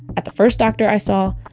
at the first doctor i saw